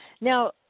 Now